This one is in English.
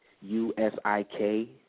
U-S-I-K